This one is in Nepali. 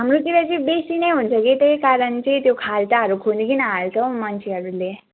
हाम्रोतिर चाहिँ बेसी नै हुन्छ कि त्यही कारण चाहिँ त्यो खाल्टाहरू खनिकन हाल्छ हौ मान्छेहरूले